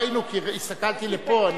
לא ראינו, כי הסתכלתי לפה.